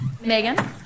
Megan